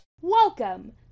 Welcome